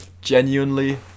Genuinely